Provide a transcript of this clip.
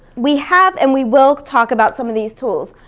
we have and we will talk about some of these tools,